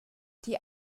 die